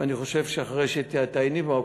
ואני חושב שאחרי שתעייני בו,